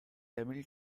tamil